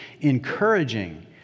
encouraging